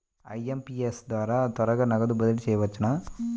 IMPS ద్వారా త్వరగా నగదు బదిలీ చేయవచ్చునా?